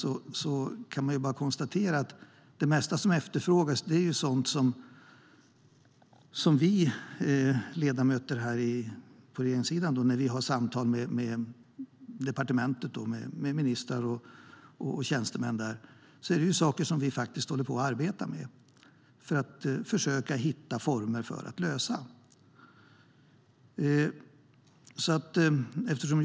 Jag kan bara konstatera att det mesta som efterfrågas i reservationstexterna är sådant som vi ledamöter på regeringssidan - när vi har samtal med departementet, med ministrar och med tjänstemän - faktiskt håller på att arbeta med för att försöka att hitta former för att hantera.